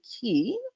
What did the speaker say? key